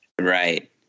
Right